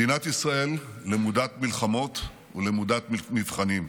מדינת ישראל למודת מלחמות ולמודת מבחנים.